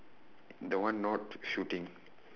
the one not shooting